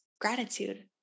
gratitude